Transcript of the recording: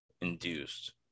induced